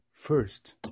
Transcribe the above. first